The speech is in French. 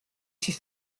suis